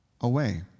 away